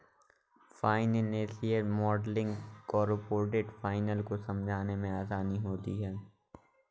financial modelling से corporate finance को समझने में आसानी होती है